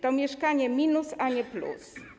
To mieszkanie minus, a nie plus.